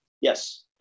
Yes